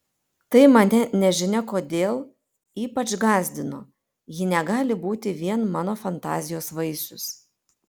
tai mane nežinia kodėl ypač gąsdino ji negali būti vien mano fantazijos vaisius